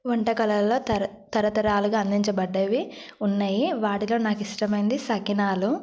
వంటకాలలో తర తరతరాలుగా అందించబడ్డవి ఉన్నవి వాటిలో నాకు ఇష్టమైనది సకినాలు